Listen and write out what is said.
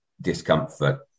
discomfort